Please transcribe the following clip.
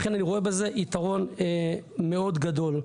לכן אני רואה בזה יתרון מאוד גדול.